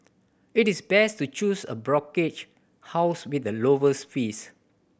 it is best to choose a brokerage house with the lowest fees